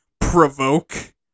provoke